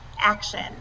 action